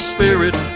Spirit